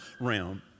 realm